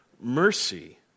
mercy